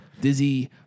Dizzy